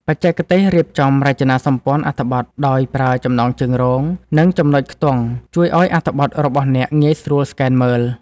បច្ចេកទេសរៀបចំរចនាសម្ព័ន្ធអត្ថបទដោយប្រើចំណងជើងរង និងចំណុចខ្ទង់ ជួយឱ្យអត្ថបទរបស់អ្នកងាយស្រួលស្កេនមើល។